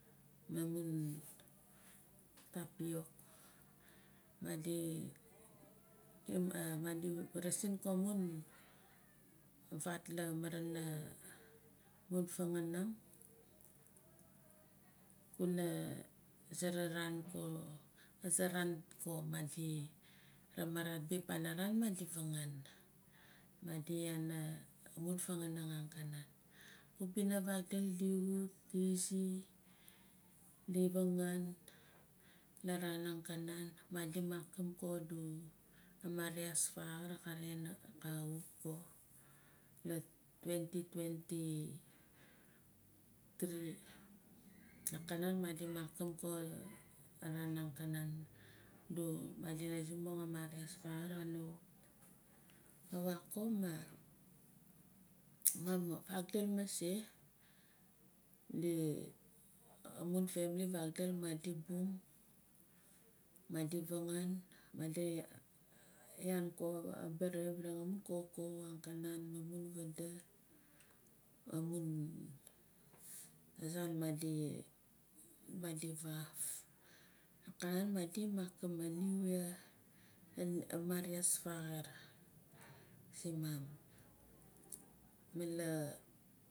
Amun topiok madi vaarasin amon vaat laa maaraana amun fanganing kuna asere roan ko ase raan madi rama arat beh panaran madi vangann. Madi iaan amun fanganing angkanan. Aubina vaakdul di wut di izi di vangan laraan angkanan madi makim ko adu amariaas faangur raare ka wut ko la twenty twenty three, nakanang madi makim ko araan angkanan adu madina simbong a mariaas faangur kana wut. Kaa waan ko ma di amun family vakdul madi bung madi vangan madi iaan ko abaare varaang amun kaukau angkanan ma amun vada amun zaau madi vaaf nakanan madi makim aa new year a mariaas faaxar simam laa